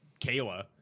Kayla